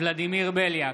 ולדימיר בליאק,